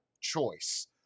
choice